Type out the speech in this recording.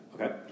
Okay